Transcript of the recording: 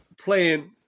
playing